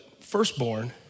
firstborn